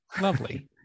lovely